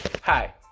Hi